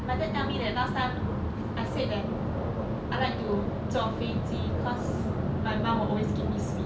my dad tell me that last time I said that I like to 坐飞机 cause my mum will always give me sweet